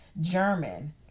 German